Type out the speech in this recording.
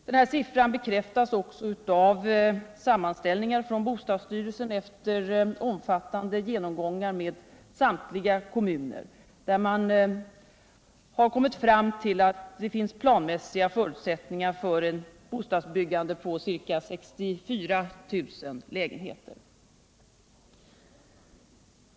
Denna siffra bekräftas också av sammanställningar från bostadsstyrelsen efter omfattande genomgångar med samtliga kommuner, där man har kommit fram till att det finns planmässiga förutsättningar för ett bostadsbyggande på ca 64 000 lägenheter.